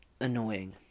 Annoying